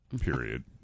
period